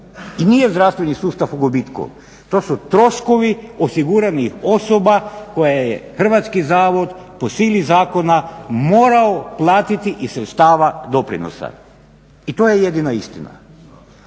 i nije zdravstveni sustav u gubitku. To su troškovi osiguranih osoba koje je Hrvatski zavod po sili zakona morao platiti iz sredstava doprinosa i to je jedina istina.